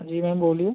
हांजी मैम बोलिए